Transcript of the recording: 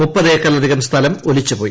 മുപ്പത് ഏക്കറിലധികം സ്ഥലം ഒലിച്ചുപോയി